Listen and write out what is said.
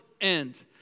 end